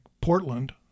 Portland